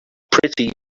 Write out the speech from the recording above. pretty